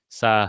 sa